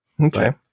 okay